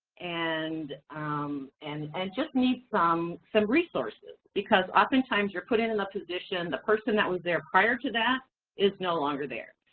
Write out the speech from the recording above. and um and and just need some some resources. because oftentimes, you're put in and the position, the person that was there prior to that is no longer there.